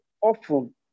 often